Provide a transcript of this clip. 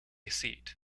seat